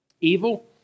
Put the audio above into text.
Evil